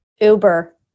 Uber